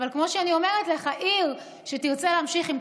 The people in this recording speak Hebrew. אבל כמו שאני אומרת לך: עיר שתרצה להמשיך עם